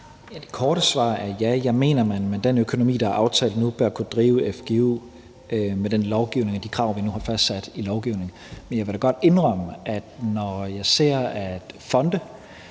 Det korte svar er: Ja, jeg mener, at man med den økonomi, der er aftalt nu, bør kunne drive fgu med den lovgivning og de krav, vi nu har fastsat i lovgivningen. Men jeg vil da godt indrømme, at når jeg ser, at bl.a.